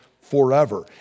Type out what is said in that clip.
forever